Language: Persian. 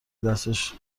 دستش